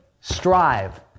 Strive